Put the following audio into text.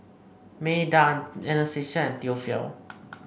Meda Anastasia and Theophile